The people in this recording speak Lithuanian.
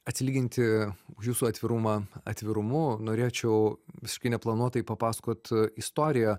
atsilyginti už jūsų atvirumą atvirumu norėčiau visiškai neplanuotai papasakot istoriją